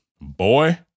Boy